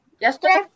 yesterday